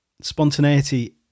Spontaneity